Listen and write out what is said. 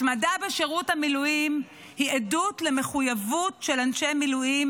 התמדה בשירות המילואים היא עדות למחויבות של אנשי מילואים